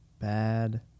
bad